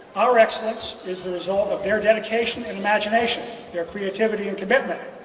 our excellence is the result of their dedication and imagination their creativity and commitment.